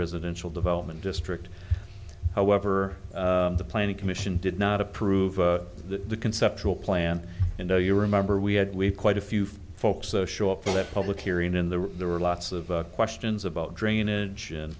residential development district however the planning commission did not approve the conceptual plan and though you remember we had we have quite a few folks so show up for that public hearing in the there were lots of questions about drainage and